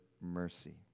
mercy